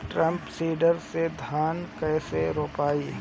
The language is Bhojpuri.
ड्रम सीडर से धान कैसे रोपाई?